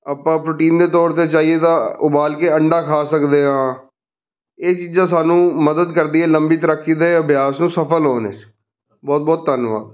ਆਪਾਂ ਪ੍ਰੋਟੀਨ ਦੇ ਤੌਰ 'ਤੇ ਚਾਹੀਏ ਤਾਂ ਉਬਾਲ ਕੇ ਅੰਡਾ ਖਾ ਸਕਦੇ ਹਾਂ ਇਹ ਚੀਜ਼ਾਂ ਸਾਨੂੰ ਮਦਦ ਕਰਦੀਆਂ ਲੰਬੀ ਤੈਰਾਕੀ ਦੇ ਅਭਿਆਸ ਨੂੰ ਸਫਲ ਹੋਣੇ 'ਚ ਬਹੁਤ ਬਹੁਤ ਧੰਨਵਾਦ